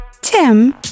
Tim